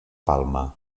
palma